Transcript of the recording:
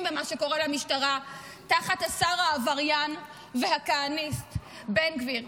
במה שקורה למשטרה תחת השר העבריין והכהניסט בן גביר.